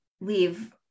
leave